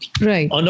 right